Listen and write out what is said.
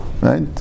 right